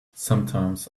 sometimes